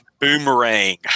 Boomerang